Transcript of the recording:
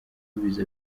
ubizi